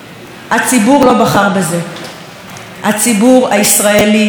הציבור הישראלי הוא לא גזען והוא לא אלים והוא